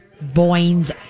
Boyne's